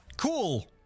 Cool